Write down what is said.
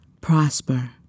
Prosper